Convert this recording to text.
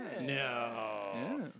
No